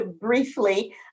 briefly